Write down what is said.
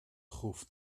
groef